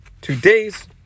today's